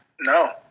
No